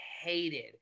hated